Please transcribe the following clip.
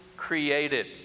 Created